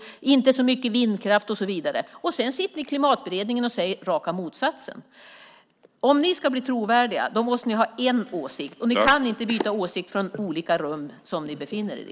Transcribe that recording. Det ska inte vara så mycket vindkraft och så vidare. Sedan sitter ni i Klimatberedningen och säger raka motsatsen. Om ni ska bli trovärdiga måste ni ha en enda åsikt. Ni kan inte byta åsikt från olika rum som ni befinner er i.